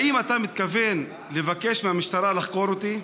האם אתה מתכוון לבקש מהמשטרה לחקור אותי?